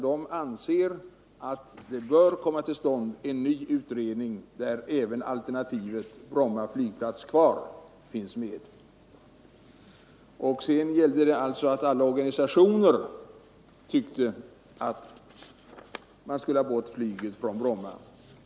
De anser att det bör komma till stånd en utredning, där även alternativet ”Bromma flygplats kvar” finns med. Sedan gällde det påståendet att alla organisationer tyckte att man skulle ha bort flyget från Bromma.